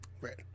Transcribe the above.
Right